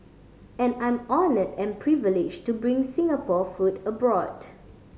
and I'm honoured and privileged to bring Singapore food abroad